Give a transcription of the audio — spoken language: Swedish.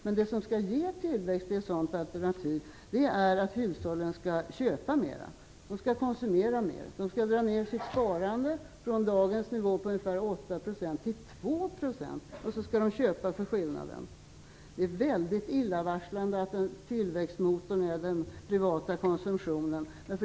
Men det som skall ge tillväxt i ett sådant alternativ är att hushållen skall köpa mera. De skall konsumera mer. De skall dra ned sitt sparande från dagens nivå på ungefär 8 % till 2 % och köpa för skillnaden. Det är väldigt illavarslande att tillväxtmotorn är den privata konsumtionen.